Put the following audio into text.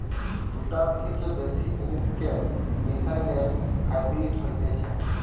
দুটার থেকে বেশি জিনিসকে মিশালে হাইব্রিড হতিছে